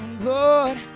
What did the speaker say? lord